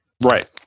Right